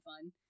fun